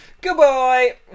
Goodbye